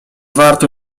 warto